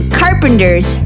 carpenters